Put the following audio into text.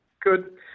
Good